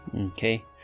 Okay